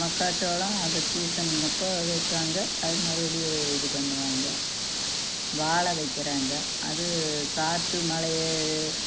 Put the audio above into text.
மக்காசோளம் அது சீசனுங்கப்போது வைப்பாங்க அது மறுபடியும் இது பண்ணுவாங்க வாழை வைக்கிறாங்க அது காற்று மழையே